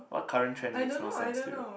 what current trend makes no sense to you